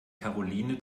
karoline